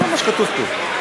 מה שכתוב פה.